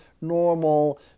normal